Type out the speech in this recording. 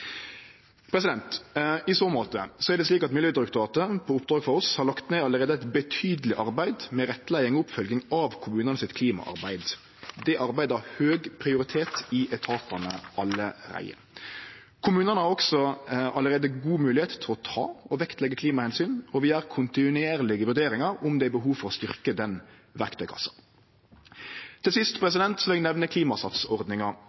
I så måte er det slik at Miljødirektoratet på oppdrag frå oss allereie har lagt ned eit betydeleg arbeid med rettleiing og oppfølging av kommunane sitt klimaarbeid. Det arbeidet har høg prioritet i etatane allereie. Kommunane har også allereie god moglegheit til å ta og leggje vekt på klimaomsyn, og vi gjer kontinuerlege vurderingar av om det er behov for å styrkje den verktøykassa. Til sist